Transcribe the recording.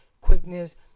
quickness